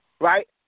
right